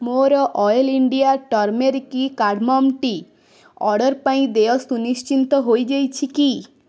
ମୋର oil India turmeric cardamom tea order ପାଇଁ ଦେୟ ସୁନିଶ୍ଚିତ ହେଇଯାଇଛି କି